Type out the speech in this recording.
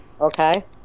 Okay